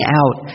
out